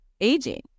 aging